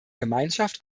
gemeinschaft